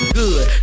good